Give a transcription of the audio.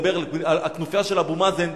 הכנופיה של אבו מאזן,